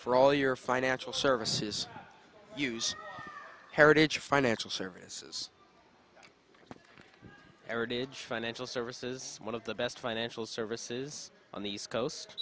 for all your financial services use heritage financial services arid age financial services one of the best financial services on the east coast